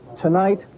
Tonight